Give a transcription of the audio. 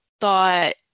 thought